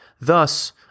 Thus